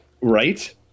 Right